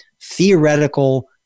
theoretical